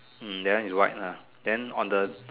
hmm that one is white ah then on the